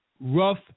rough